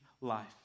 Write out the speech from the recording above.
life